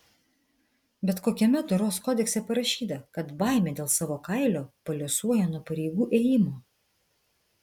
bet kokiame doros kodekse parašyta kad baimė dėl savo kailio paliuosuoja nuo pareigų ėjimo